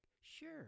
Sure